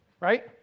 Right